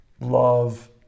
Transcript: love